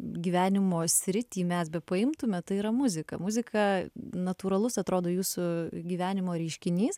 gyvenimo sritį mes bepaimtu tai yra muzika muzika natūralus atrodo jūsų gyvenimo reiškinys